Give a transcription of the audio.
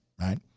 Right